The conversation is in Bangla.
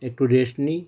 একটু রেস্ট নিই